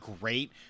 great